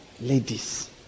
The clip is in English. ladies